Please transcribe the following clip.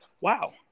wow